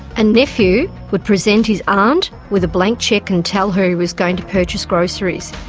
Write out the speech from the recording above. a nephew would present his aunt with a blank cheque and tell her he was going to purchase groceries.